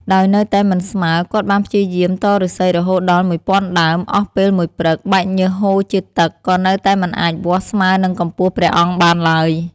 ដោយនៅតែមិនស្មើ គាត់បានព្យាយាមតឫស្សីរហូតដល់មួយពាន់ដើម អស់ពេលមួយព្រឹក បែកញើសហូរជាទឹក ក៏នៅតែមិនអាចវាស់ស្មើនឹងកម្ពស់ព្រះអង្គបានឡើយ។